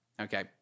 okay